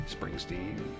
Springsteen